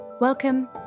Welcome